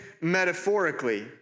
metaphorically